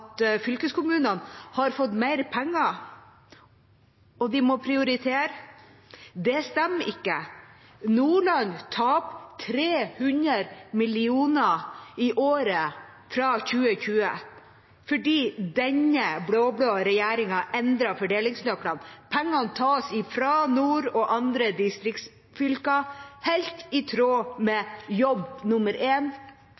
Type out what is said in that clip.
fylkeskommunene har fått mer penger, og de må prioritere. Det stemmer ikke. Nordland taper 300 mill. kr i året fra 2020 fordi denne blå-blå regjeringen endrer fordelingsnøklene. Pengene tas fra nord og andre distriktsfylker, helt i tråd med